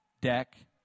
deck